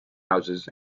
houses